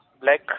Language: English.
Black